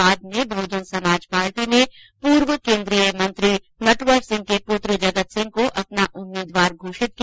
बाद में बहजन समाज पार्टी ने पूर्व केंद्रीय मंत्री नटवर सिंह के पुत्र जगत सिंह को अपना उम्मीदरवार घोषित किया